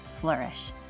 flourish